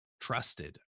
Trusted